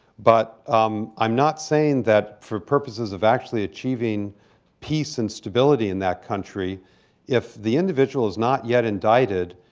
but i'm not saying that for purposes of actually achieving peace and stability in that country if the individual is not yet indicted,